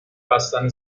بستنیم